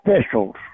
officials